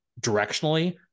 directionally